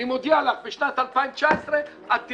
אני מודיע לך, בשנת 2019 את תראי,